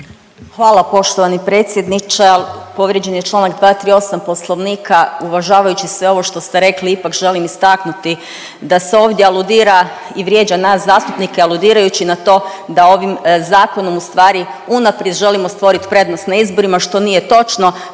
Hvala poštovani predsjedniče, ali povrijeđen je Članak 238. Poslovnika. Uvažavajući sve ovo što ste rekli ipak želim istaknuti da se ovdje aludira i vrijeđa nas zastupnike aludirajući na to da ovim zakonom ustvari unaprijed želimo stvoriti prednost na izborima što nije točno.